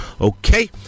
okay